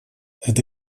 это